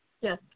Yes